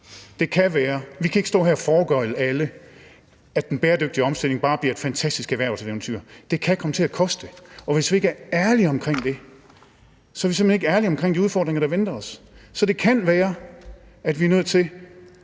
Vi kan ikke stå her og foregøgle alle, at den bæredygtige omstilling bare bliver et fantastisk erhvervseventyr. Det kan komme til at koste, og hvis vi ikke er ærlige omkring det, er vi simpelt hen ikke ærlige omkring de udfordringer, der venter os. Så det kan være, at vi er nødt til